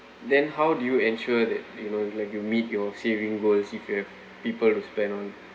then how do you ensure that you know like you meet your saving goals if you have people to spend on